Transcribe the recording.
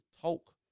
Talk